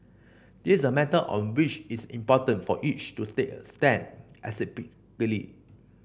this a matter on which it's important for each to take a stand